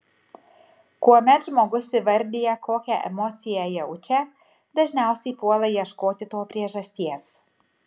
kuomet žmogus įvardija kokią emociją jaučia dažniausiai puola ieškoti to priežasties